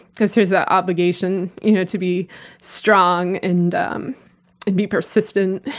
because there's the obligation you know to be strong, and um and be persistent,